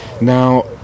Now